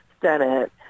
Senate